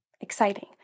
exciting